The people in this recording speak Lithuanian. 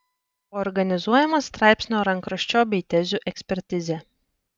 organizuojama straipsnio rankraščio bei tezių ekspertizė